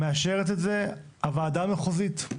מאשרת את זה הוועדה המחוזית,